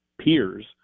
peers